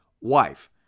wife